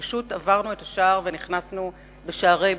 פשוט עברנו את השער ונכנסנו בשערי בית-החולים.